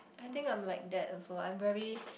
I think I'm like that also I'm very